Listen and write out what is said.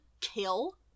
kill